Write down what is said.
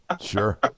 Sure